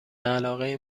علاقه